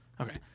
Okay